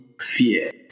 fear